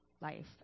life